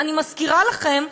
אני מזכירה לכם,